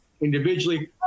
individually